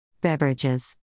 Beverages